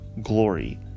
glory